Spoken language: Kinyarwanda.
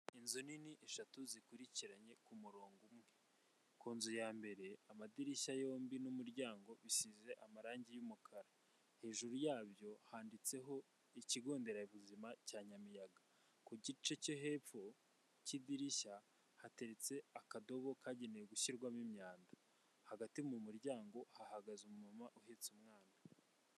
Inzu nini eshatu zikurikiranye kumurongo umwe, ku nzu ya mbere amadirishya yombi n'umuryango bisize amarangi y'umukara, hejuru yabyo handitseho ikigo nderabuzima cya Nyamiyaga. Ku gice cyo hepfo cy'idirishya hateretse akadobo kagenewe gushyirwamo imyanda, hagati mu muryango hahagaze umumama uhetse umwana.